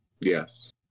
Yes